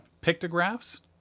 pictographs